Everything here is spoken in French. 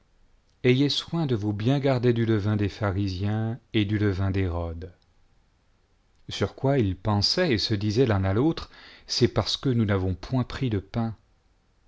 ayez soin de vous garder du levain des pharisiens et des rois sur quoi il pensait et disaient entre eux cest parce que nous n'avons point riiy de pains